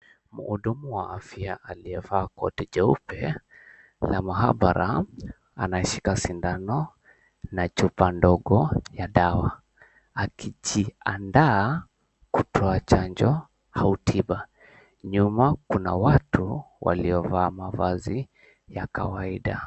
Mhudumu wa afya aliyevaa koti jeupe la maabara anashika sindano na chupa ndogo ya dawa akijiandaa kutoa chanjo au tiba. Nyuma kuna watu waliovaa mavazi ya kawaida.